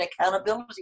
accountability